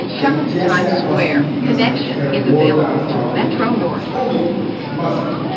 i guess that must be because i care more about property than lives. only conclusion must be.